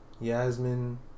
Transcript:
Yasmin